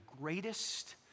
greatest